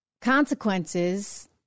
consequences